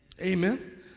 Amen